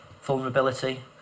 vulnerability